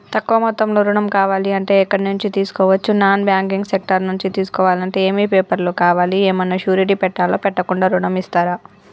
తక్కువ మొత్తంలో ఋణం కావాలి అంటే ఎక్కడి నుంచి తీసుకోవచ్చు? నాన్ బ్యాంకింగ్ సెక్టార్ నుంచి తీసుకోవాలంటే ఏమి పేపర్ లు కావాలి? ఏమన్నా షూరిటీ పెట్టాలా? పెట్టకుండా ఋణం ఇస్తరా?